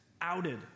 outed